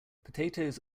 potatoes